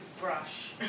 Brush